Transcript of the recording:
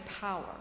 power